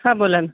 हां बोला नं